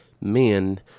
men